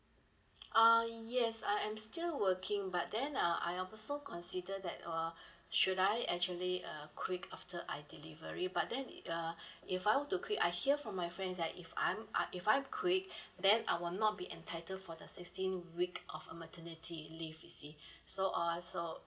uh yes I am still working but then uh I also consider that uh should I actually uh quit after I delivery but then it uh if I want to quit I hear from my friends like if I'm uh if I'm quit then I will not be entitled for the sixteen week of maternity leave you see so uh so